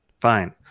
Fine